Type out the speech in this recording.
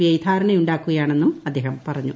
I ധാരണയുണ്ടാക്കുകയാണെന്നും അദ്ദേഹം പറഞ്ഞു